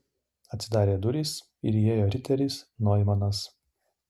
atsidarė durys ir įėjo riteris noimanas